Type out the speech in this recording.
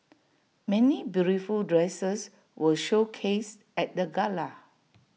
many beautiful dresses were showcased at the gala